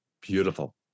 Beautiful